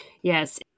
Yes